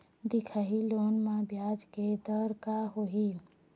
दिखाही लोन म ब्याज के दर का होही?